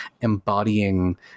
embodying